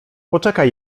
poczekaj